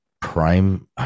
prime